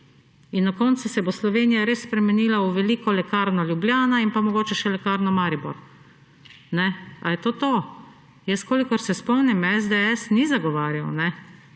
in na koncu se bo Slovenija res spremenila v veliko Lekarno Ljubljana in pa mogoče še Lekarno Maribor. Ali je to to? Jaz kolikor se spomnim, SDS ni zagovarjal te